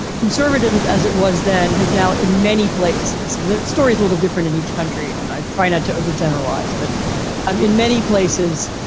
and conservatives, as it was then, has now in many places. and that story is a little different in each country. and i try not to over generalize, but i'm in many places,